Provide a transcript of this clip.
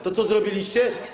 To co zrobiliście?